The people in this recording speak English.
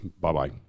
Bye-bye